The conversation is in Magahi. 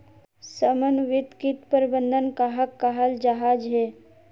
समन्वित किट प्रबंधन कहाक कहाल जाहा झे?